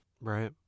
right